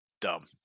Dumb